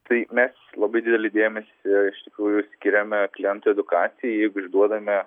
tai mes labai didelį dėmesį iš tikrųjų skiriame klientų edukacijai priduodame